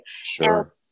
Sure